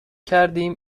کردیم